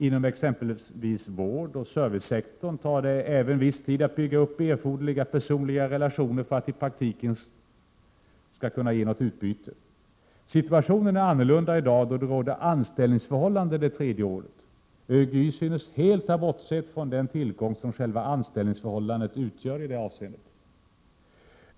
Inom exempelvis vårdoch servicesektorn tar det även viss tid att bygga upp erforderliga personliga relationer för att praktiken skall ge något utbyte. Situationen är annorlunda i dag då det råder anställningsförhållande det tredje året. ÖGY synes helt har bortsett från den tillgång som själva anställningsförhållandet utgör i detta avseende.